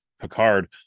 picard